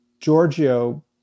Giorgio